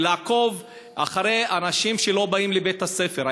ולעקוב אחרי אנשים שלא באים לבית-הספר?